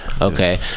okay